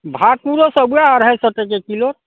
भाकुरो सब वएह अढाइ सए टके किलो